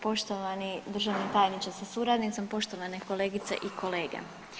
Poštovani državni tajniče sa suradnicom, poštovani kolegice i kolege.